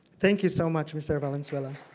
thank you so much, mr. valenzuela.